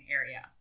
area